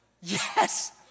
yes